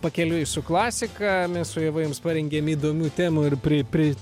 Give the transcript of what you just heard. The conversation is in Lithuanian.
pakeliui su klasika su ieva jums parengėm įdomių temų ir pri pri